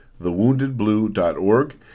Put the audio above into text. thewoundedblue.org